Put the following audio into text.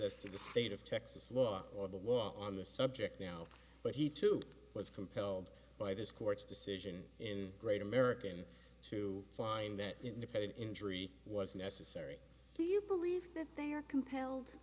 as to the state of texas law or the war on the subject now but he too was compelled by this court's decision in great american to find that independent injury was necessary do you believe that they are compelled